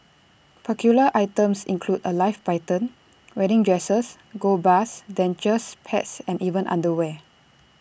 peculiar items include A live python wedding dresses gold bars dentures pets and even underwear